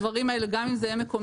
הדברים האלה גם אם זה יהיה מקומית